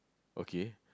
okay